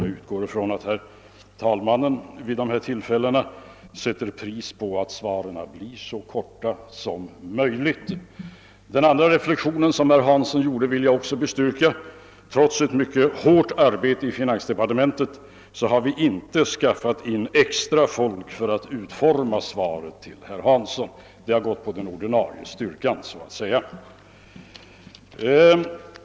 Jag utgår ifrån att herr talmannen vid dessa frågestunder sätter värde på att svaren blir så korta som möjligt. Den andra reflexionen, som herr Hansson i Skegrie gjorde, vill jag också bestyrka. Trots ett mycket hårt arbete i finansdepartementet har vi inte skaffat in extra folk för att utforma svaret till herr Hansson. Det har gått på den ordinarie styrkan så att säga.